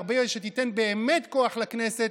ותיתן באמת כוח לכנסת,